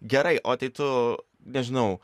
gerai o tai tu nežinau